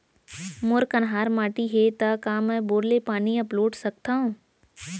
मोर कन्हार माटी हे, त का मैं बोर ले पानी अपलोड सकथव?